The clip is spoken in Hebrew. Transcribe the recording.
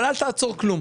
כן, אבל אל תעצור כלום.